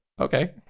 okay